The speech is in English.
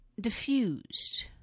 diffused